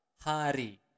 hari